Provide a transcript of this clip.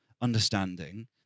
understanding